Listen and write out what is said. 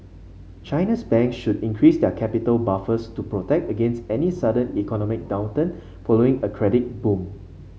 China's banks should increase their capital buffers to protect against any sudden economic downturn following a credit boom